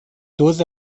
دُز